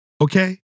Okay